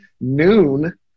noon